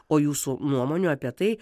o jūsų nuomonių apie tai